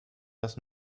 das